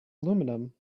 aluminium